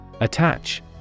Attach